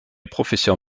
professeur